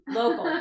local